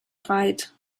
breit